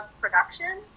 production